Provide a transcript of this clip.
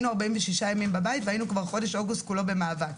היינו 46 ימים בבית והיינו כבר חודש אוגוסט כולו במאבק.